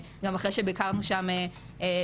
גם אחרי שביקרנו שם ביחד,